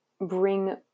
bring